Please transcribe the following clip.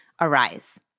arise